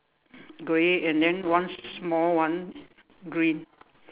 grey and then one small one green